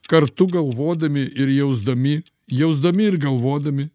kartu galvodami ir jausdami jausdami ir galvodami